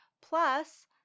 plus